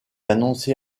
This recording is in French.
annoncée